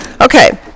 Okay